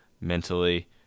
mentally